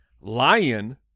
Lion